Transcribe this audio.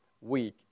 week